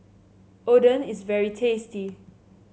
oden is very tasty